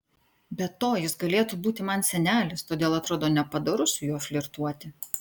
be to jis galėtų būti man senelis todėl atrodo nepadoru su juo flirtuoti